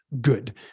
good